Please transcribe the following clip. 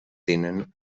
tenen